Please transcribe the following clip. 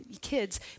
kids